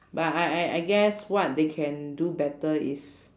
but I I I guess what they can do better is